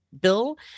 bill